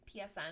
PSN